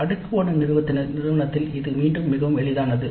அடுக்கு 1 நிறுவனத்தில் இது மீண்டும் மிகவும் எளிதானது